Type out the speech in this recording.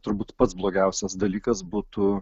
turbūt pats blogiausias dalykas būtų